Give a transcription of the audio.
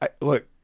Look